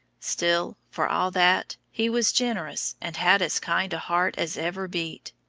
still, for all that, he was generous and had as kind a heart as ever beat.